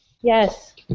Yes